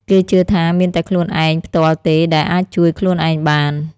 គេជឿថាមានតែខ្លួនឯងផ្ទាល់ទេដែលអាចជួយខ្លួនឯងបាន។